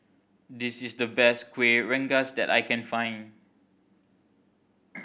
this is the best Kuih Rengas that I can find